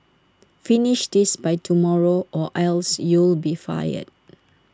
finish this by tomorrow or else you'll be fired